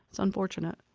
it's unfortunate.